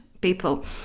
people